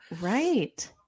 Right